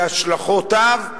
בהשלכותיו,